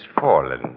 fallen